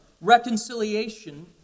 reconciliation